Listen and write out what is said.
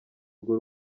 urwo